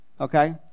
Okay